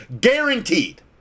guaranteed